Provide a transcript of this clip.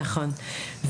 נכון,